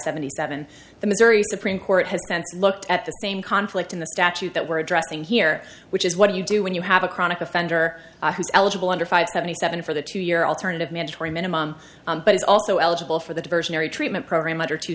seventy seven the missouri supreme court has a sense looked at the same conflict in the statute that we're addressing here which is what do you do when you have a chronic offender who's eligible under five seventy seven for the two year alternative mandatory minimum but is also eligible for the diversionary treatment program under two